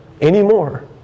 anymore